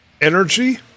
Energy